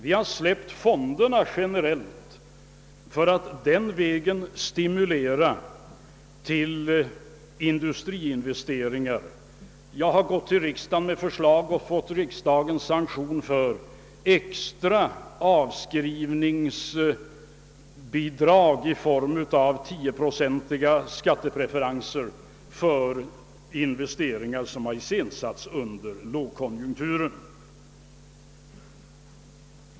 Vi har släppt fonderna generellt för att den vägen stimulera till industriinvesteringar. Jag har gått till riksdagen med förslag om och fått dess sanktion för extra avskrivningsbidrag i form av 10-procentiga skattepreferenser för investeringar, som har iscensatts under lågkonjunkturen.